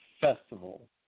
festival